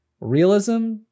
realism